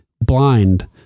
Blind